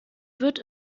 wird